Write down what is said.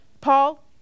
Paul